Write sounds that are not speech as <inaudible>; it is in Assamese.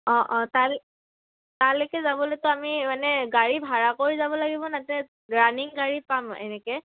অঁ অঁ তাল তালেকে যাবলেতো আমি মানে গাড়ী ভাড়া কৰি যাব লাগিব <unintelligible> ৰানিং গাড়ী পাম এনেকে